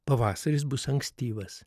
pavasaris bus ankstyvas